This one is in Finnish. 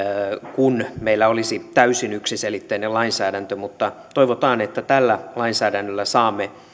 kun meillä olisi täysin yksiselitteinen lainsäädäntö mutta toivotaan että tällä lainsäädännöllä saamme